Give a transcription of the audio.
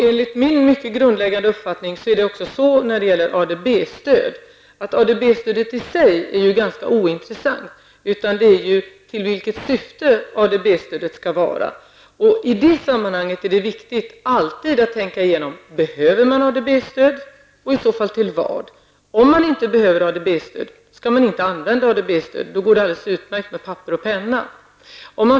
Enligt min mycket grundläggande uppfattning är ADB-stödet i sig ganska ointressant. Syftet är det viktiga. I det sammanhanget är det alltid viktigt att tänka igenom om man behöver ADB-stödet och i så fall till vad. Om man inte behöver ADB-stöd, skall man inte använda det. Då går det alldeles utmärkt med papper och penna.